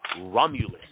Romulus